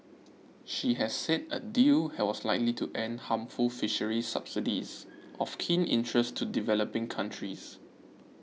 she has said a deal was likely to end harmful fisheries subsidies of keen interest to developing countries